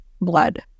blood